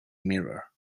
mirror